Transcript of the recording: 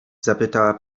zapytała